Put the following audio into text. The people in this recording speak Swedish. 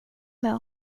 med